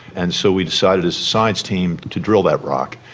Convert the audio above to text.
and so we decided as a science team to drill that rock.